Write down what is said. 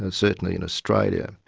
and certainly in australia.